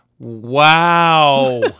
Wow